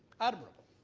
admirable.